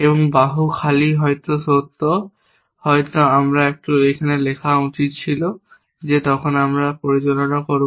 এবং বাহু খালি সত্য হয়ত আমার এটি একটু লেখা উচিত ছিল যে দিকে আমরা তখন পরিচালনা করব